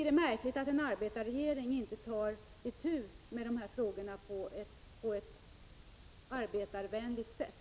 Det är märkligt att en arbetarregering inte tar itu med dessa frågor på ett arbetarvänligt sätt.